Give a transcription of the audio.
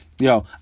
yo